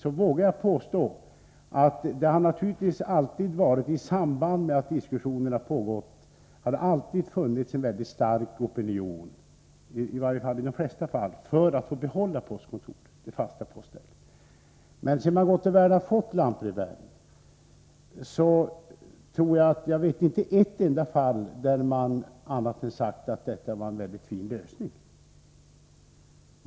I samband med att diskussionerna har pågått har det naturligtvis i de flesta fall funnits en mycket stark opinion för att få behålla det fasta poststället. Men sedan man gott och väl har fått lantbrevbäring vet jag inte ett enda fall där man har sagt något annat än att detta var en mycket fin lösning.